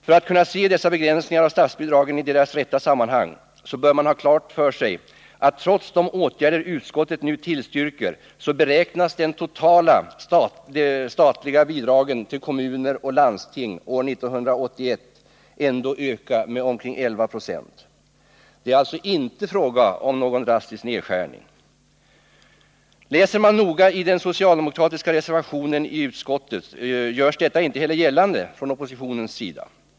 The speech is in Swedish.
För att kunna se dessa begränsningar av statsbidragen i deras rätta sammanhang bör man ha klart för sig att trots de åtgärder utskottet nu tillstyrker beräknas de totala statliga bidragen till kommuner och landsting år 1981 ändå öka med omkring 11 96. Det är alltså inte fråga om någon drastisk nedskärning. Läser man noga i den socialdemokratiska reservationen vid utskottsbetänkandet, finner man att detta inte heller görs gällande från oppositionens sida.